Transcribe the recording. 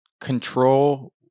control